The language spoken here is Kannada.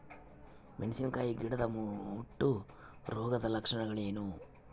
ಮೆಣಸಿನಕಾಯಿ ಗಿಡದ ಮುಟ್ಟು ರೋಗದ ಲಕ್ಷಣಗಳೇನು?